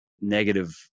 negative